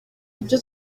ibyo